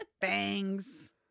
bangs